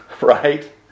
right